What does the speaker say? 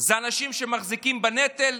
אנשים שנושאים בנטל,